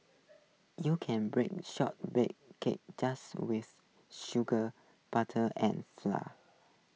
you can bake Shortbread Cookies just with sugar butter and flour